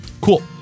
Cool